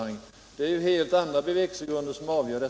Det är ju helt andra bevekelsegrunder som är avgörande.